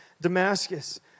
Damascus